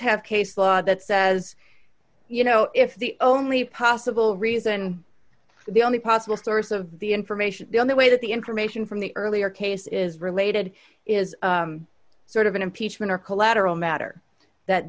have case law that says you know if the only possible reason the only possible source of the information the only way that the information from the earlier case is related is sort of an impeachment or collateral matter